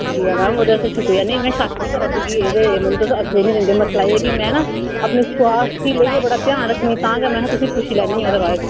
शुक्रिया निं में ओह्दे आस्तै शुक्रिया निं में शक्क निं करा दी कि एह्दे मतलब तुस आक्खियै निं दिंदे मसला एह् ऐ कि में ना अपने स्वास्थ गी लेइयै बड़ा ध्यान रक्खनी तां गै महां तुसें ई पुच्छी लैन्नी आं ओह्दे बारे च